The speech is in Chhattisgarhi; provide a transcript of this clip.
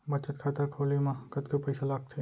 बचत खाता खोले मा कतका पइसा लागथे?